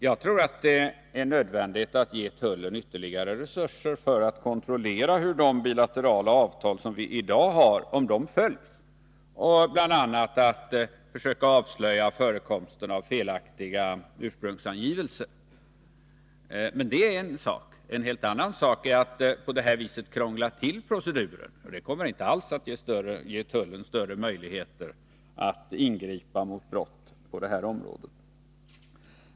Jag tror att det är nödvändigt att ge tullen ytterligare resurser för att kontrollera om de bilaterala avtal som vi i dag har följs och för att kunna avslöja förekomsten av felaktiga ursprungsangivelser. Det är en sak. En helt annan sak är att man på det här viset krånglar till proceduren och försvårar för tullen att ingripa mot brott på detta område.